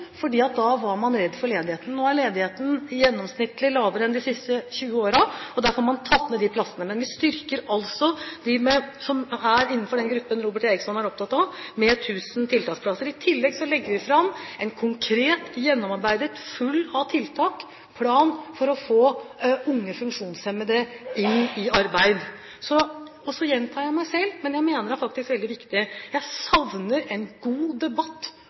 da var man redd for ledigheten. Nå er ledigheten gjennomsnittlig lavere enn i de siste 20 årene, og derfor har man tatt ned de plassene. Men vi styrker altså de som er innenfor den gruppen som Robert Eriksson er opptatt av med 1 000 tiltaksplasser. I tillegg legger vi fram en konkret, gjennomarbeidet plan full av tiltak for å få unge funksjonshemmede i arbeid. Så gjentar jeg meg selv, men jeg mener det er veldig viktig: Jeg savner en god debatt